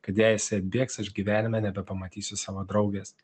kad jei jisai atbėgs aš gyvenime nebepamatysiu savo draugės